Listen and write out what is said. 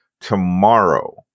tomorrow